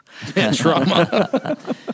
Trauma